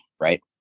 right